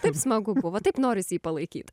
taip smagu buvo taip norisi jį palaikyt